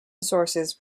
sources